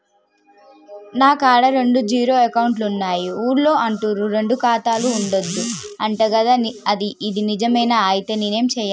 నా కాడా రెండు జీరో అకౌంట్లున్నాయి ఊళ్ళో అంటుర్రు రెండు ఖాతాలు ఉండద్దు అంట గదా ఇది నిజమేనా? ఐతే నేనేం చేయాలే?